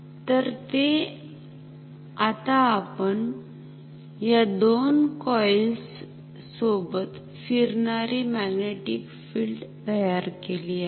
तर आता आपण या दोन कॉइल्स सोबत फिरणारी मॅग्नेटिक फिल्ड तयार केली आहे